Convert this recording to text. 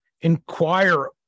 inquire